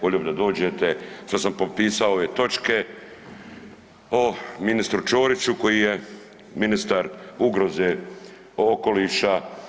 Volio bih da dođete što sam potpisao ove točke o ministru Ćoriću koji je ministar ugroze okoliša.